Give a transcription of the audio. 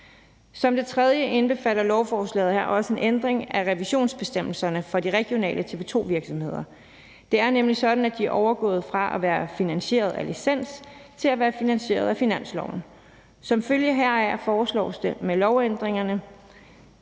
Som en tredje del indbefatter lovforslaget her også en ændring af revisionsbestemmelserne for de regionale TV 2-virksomheder. Det er nemlig sådan, at de er overgået fra at være finansieret af licens til at være finansieret af finansloven. Som følge heraf foreslås det med lovændringerne,